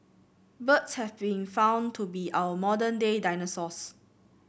birds have been found to be our modern day dinosaurs